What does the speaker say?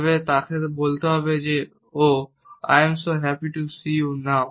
তবে আমাদের তাকে বলতে হবে "oh I am so happy to see you now"